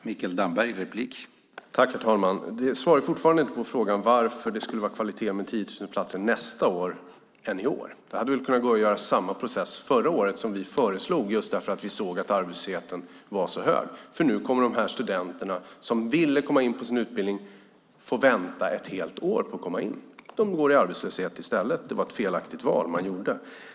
Herr talman! Ulrika Carlsson svarar fortfarande inte på frågan varför det skulle vara mer kvalitet med 10 000 platser nästa år än i år. Det hade väl kunnat gå att använda samma process förra året, som vi föreslog just därför att vi såg att arbetslösheten var så hög. Nu kommer de studenter som ville komma in på sin utbildning att få vänta ett helt år på att komma in. De går arbetslösa i stället. Det var ett felaktigt val man gjorde.